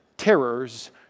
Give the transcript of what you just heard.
terrors